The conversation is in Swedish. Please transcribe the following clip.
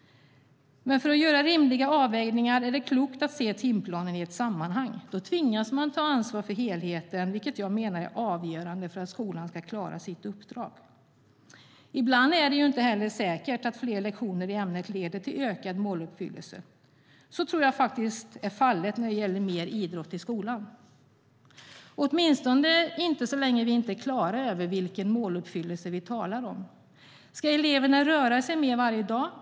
För att göra rimliga avvägningar är det klokt att se timplanen i ett sammanhang. Då tvingas man ta ansvar för helheten, vilket jag menar är avgörande för att skolan ska klara sitt uppdrag. Ibland är det inte heller säkert att fler lektioner i ämnet leder till ökad måluppfyllelse. Så tror jag faktiskt är fallet när det gäller mer idrott i skolan, åtminstone så länge vi inte är klara över vilken måluppfyllelse vi talar om. Ska eleverna röra sig mer varje dag?